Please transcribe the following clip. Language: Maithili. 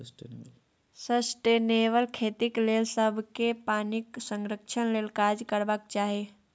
सस्टेनेबल खेतीक लेल सबकेँ पानिक संरक्षण लेल काज करबाक चाही